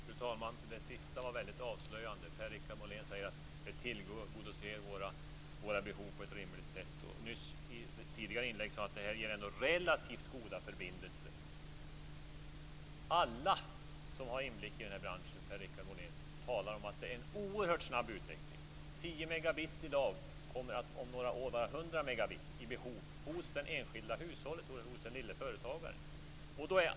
Fru talman! Det sista var väldigt avslöjande. Per Richard Molén säger att det tillgodoser våra behov på ett rimlig sätt. Och i ett tidigare inlägg sade han att det här ändå ger relativt goda förbindelser. Alla som har inblick i den här branschen, Per-Richard Molén, talar om att det är en oerhört snabb utveckling. 10 megabit i dag kommer om några år att vara 100 megabit i behov hos det enskilda hushållet och hos den lille företagaren.